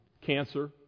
cancer